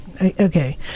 Okay